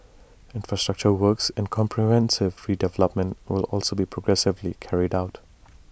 infrastructure works and comprehensive redevelopment will also be progressively carried out